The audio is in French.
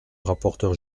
rapporteur